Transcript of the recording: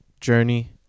journey